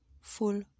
full